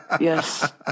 Yes